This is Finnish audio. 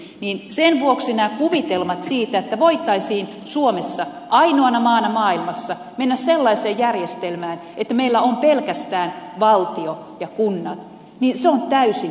sen vuoksi nämä kuvitelmat siitä että voitaisiin suomessa ainoana maana maailmassa mennä sellaiseen järjestelmään että meillä on pelkästään valtio ja kunnat ovat täysin mahdottomia